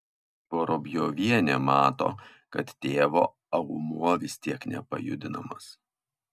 vorobjovienė mato kad tėvo aumuo vis tiek nepajudinamas